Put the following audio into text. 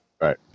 Right